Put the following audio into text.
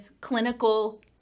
clinical